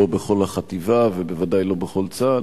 לא בכל החטיבה ובוודאי לא בכל צה"ל.